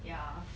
ya